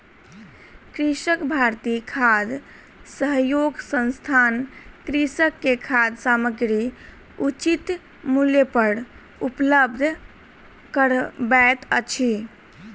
कृषक भारती खाद्य सहयोग संस्थान कृषक के खाद्य सामग्री उचित मूल्य पर उपलब्ध करबैत अछि